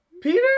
Peter